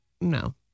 No